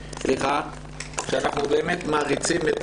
שאנחנו באמת מעריצים את